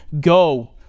go